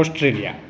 Australia